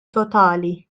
totali